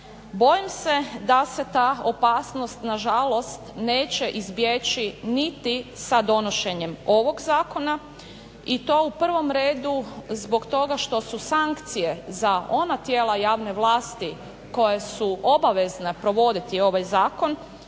Bojim se da se ta opasnost na žalost neće izbjeći niti sa donošenjem ovog zakona i to u prvom redu zbog toga što su sankcije za ona tijela javne vlasti koje su obavezne provoditi ovaj zakon